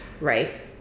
right